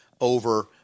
over